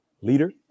leader